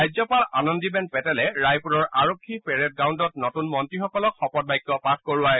ৰাজ্যপাল আনন্দীবেন পেটেলে ৰায়পুৰৰ আৰক্ষী পেৰেড গ্ৰাউণ্ডত নতুন মন্ত্ৰীসকলক শপত বাক্য পাঠ কৰোৱায়